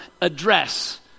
address